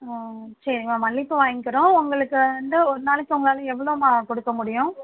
ஓ சரிமா மல்லிகைப்பூ வாங்கிக்குறோம் உங்களுக்கு வந்து ஒரு நாளுக்கு உங்களால் எவ்வளோமா கொடுக்க முடியும்